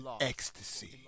ecstasy